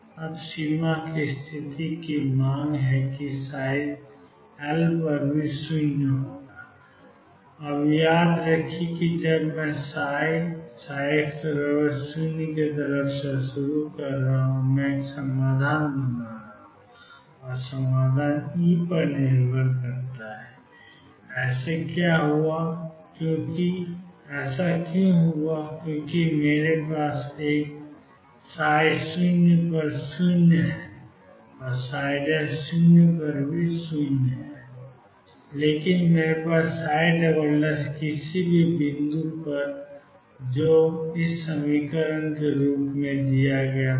अब सीमा की स्थिति की मांग है कि L0 अब याद रखें जब मैं ψψx0 से शुरू कर रहा हूं मैं एक समाधान बना रहा हूं और समाधान ई पर निर्भर करता है ऐसा क्या हुआ क्योंकि मेरे पास एक 00 00 था लेकिन मेरे पास किसी भी बिंदु पर है जो 2m2V0 E के रूप में दिया गया है